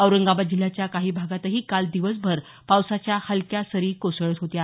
औरंगाबाद जिल्ह्याच्या काही भागात काल दिवसभर पावसाच्या हलक्या सरी कोसळत होत्या